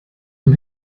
dem